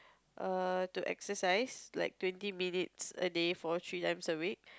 err to exercise like twenty minutes a day for three times a week